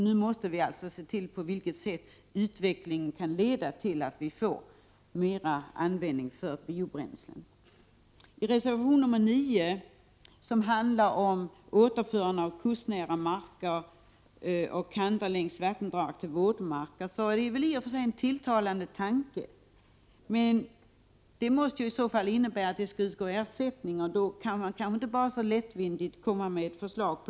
Nu måste vi se efter hur utvecklingen kan leda till att vi får mera användning för biobränslen. Reservation 9 handlar om återförande av kustnära marker och sträckor längs vattendrag till våtmark. Detta är i och för sig en tilltalande tanke, men ett sådant här förfarande måste innebära att ersättning utbetalas, och det går inte att lättvindigt komma med ett förslag.